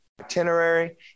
itinerary